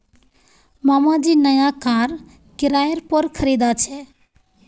मामा जी नया कार किराय पोर खरीदा छे